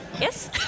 yes